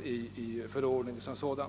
blir aktuellt att ändra denna.